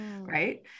right